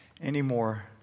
anymore